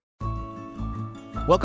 Welcome